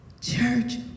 Church